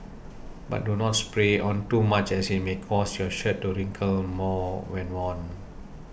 but do not spray on too much as it may cause your shirt to wrinkle more when worn